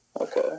okay